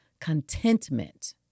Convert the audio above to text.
contentment